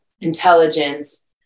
intelligence